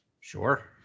Sure